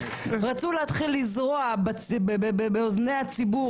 רצו להתחיל לזרות בעיני הציבור,